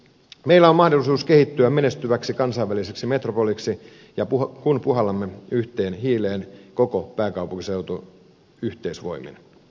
meillä on mahdollisuus kehittyä menestyväksi kansainväliseksi metropoliksi kun puhallamme yhteen hiileen koko pääkaupunkiseutu yhteisvoimin